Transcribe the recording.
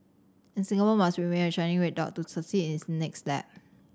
and Singapore must remain a shining red dot to succeed in its next lap